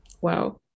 Wow